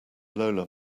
lola